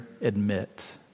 admit